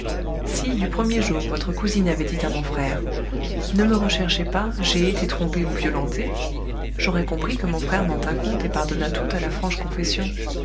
si du premier jour votre cousine avait dit à mon frère ne me recherchez pas j'ai été trompée ou violentée j'aurais compris que mon frère n'en tînt compte et pardonnât tout à la franche confession